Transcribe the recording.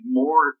more